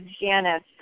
Janice